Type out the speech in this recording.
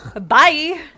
Bye